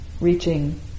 reaching